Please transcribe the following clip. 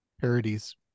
parodies